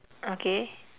okay